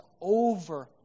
over